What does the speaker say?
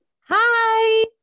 Hi